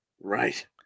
right